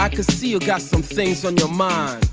i could see you got some things on your mind,